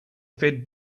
fed